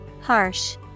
Harsh